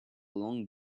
long